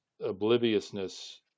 obliviousness